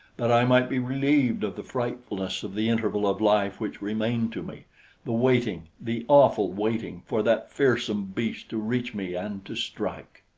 that i might be relieved of the frightfulness of the interval of life which remained to me the waiting, the awful waiting, for that fearsome beast to reach me and to strike.